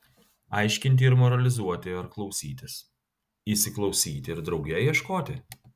aiškinti ir moralizuoti ar klausytis įsiklausyti ir drauge ieškoti